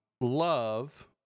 Love